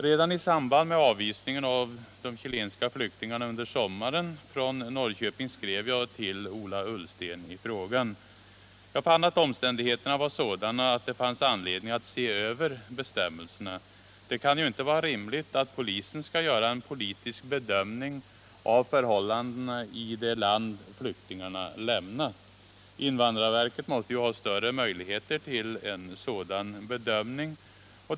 Redan i samband med avvisningen av de chilenska flyktingarna från Norrköping under sommaren skrev jag till Ola Ullsten i frågan. Jag fann att omständigheterna var sådana att det fanns anledning att se över bestämmelserna. Det kan ju inte vara rimligt att polisen skall göra en politisk bedömning av förhållandena i det land flyktingarna lämnat. Invandrarverket måste ha större möjligheter till en sådan bedömning.